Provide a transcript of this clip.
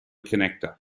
connector